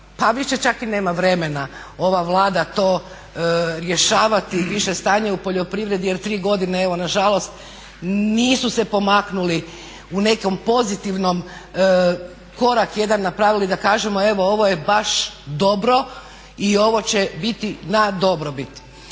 pa više čak i nema vremena ova Vlada to rješavati, više stanje u poljoprivredi, jer tri godine evo nažalost nisu se pomaknuli u nekom pozitivnom, korak jedan napravili da kažemo evo ovo je baš dobro i ovo će biti na dobrobit.